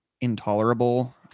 intolerable